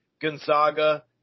Gonzaga